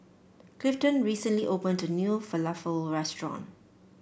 Clifton recently opened a new Falafel restaurant